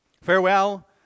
Farewell